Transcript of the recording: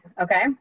okay